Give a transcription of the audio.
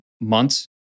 months